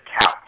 couch